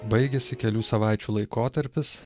baigėsi kelių savaičių laikotarpis